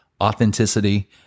authenticity